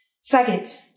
Second